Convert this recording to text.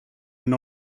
and